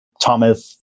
Thomas